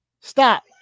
stop